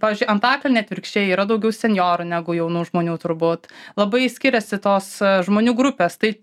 pavyzdžiui antakalny atvirkščiai yra daugiau senjorų negu jaunų žmonių turbūt labai skiriasi tos žmonių grupės tai